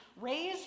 raise